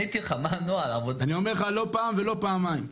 אני אומר לך, לא פעם ולא פעמיים.